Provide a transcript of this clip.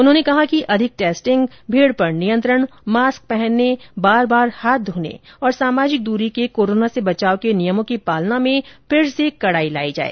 उन्होंने कहा कि अधिक टेस्टिंग भीड़ पर नियंत्रण मास्क पहनने बार बार हाथ धोने और सामाजिक दूरी के कोरोना से बचाव के नियमों की पालना में फिर से कड़ाई लाई जाए